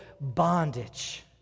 bondage